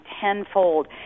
tenfold